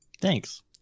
Thanks